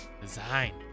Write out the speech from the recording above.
design